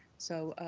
so